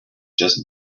just